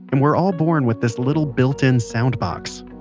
and were all born with this little built in sound box.